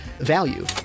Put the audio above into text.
Value